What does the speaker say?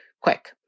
quick